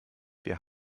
wir